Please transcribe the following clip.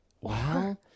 Wow